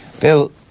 Bill